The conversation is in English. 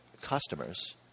customers